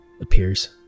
appears